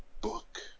book